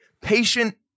patient